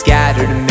Scattered